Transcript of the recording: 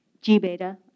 G-Beta